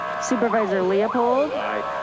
supervisor leopold. aye.